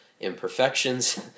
imperfections